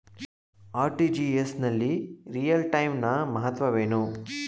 RTGS ನಲ್ಲಿ real time ನ ಮಹತ್ವವೇನು?